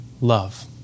love